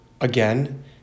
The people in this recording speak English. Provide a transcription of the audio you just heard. again